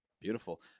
Beautiful